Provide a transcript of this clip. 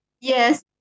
Yes